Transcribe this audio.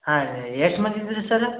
ಹಾಂ ರೀ ಎಷ್ಟು ಮಂದಿ ಇದೀರಿ ಸರ್